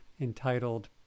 entitled